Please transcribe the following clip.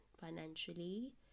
financially